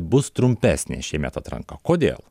bus trumpesnė šiemet atranka kodėl